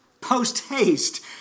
post-haste